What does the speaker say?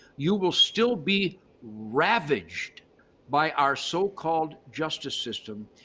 you will still be ravaged by our so-called justice system.